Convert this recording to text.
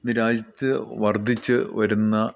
ഇന്ന് രാജ്യത്ത് വർദ്ധിച്ചു വരുന്ന